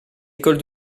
école